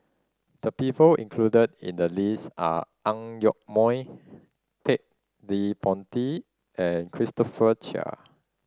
the people included in the list are Ang Yoke Mooi Ted De Ponti and Christopher Chia